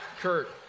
Kurt